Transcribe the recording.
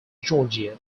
georgia